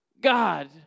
God